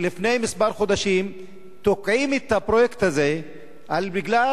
לפני כמה חודשים תוקעים את הפרויקט הזה בגלל